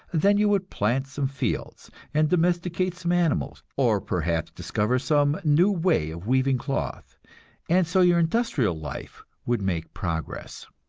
then you would plant some fields, and domesticate some animals, or perhaps discover some new way of weaving cloth and so your industrial life would make progress.